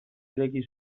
ireki